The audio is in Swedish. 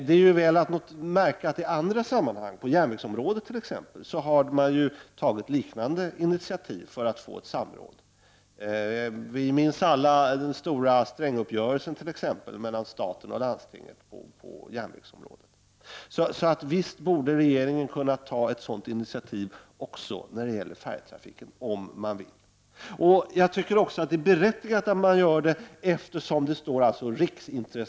Det är märkligt att i andra sammanhang, t.ex. på järnvägsområdet, har man tagit liknande initiativ för att få ett samråd. Vi minns alla den stora Sträng-uppgörelsen mellan staten och landstinget på järnvägsområdet. Visst borde regeringen kunna ta ett sådant initiativ också när det gäller färjetrafiken. Jag tycker att det är berättigat att man gör det, eftersom riksintressanta miljövärden står på spel.